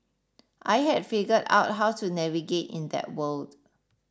I had figured out how to navigate in that world